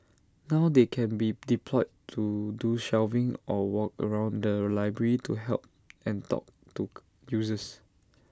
now they can be deployed to do shelving or walk around the library to help and talk to users